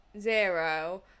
Zero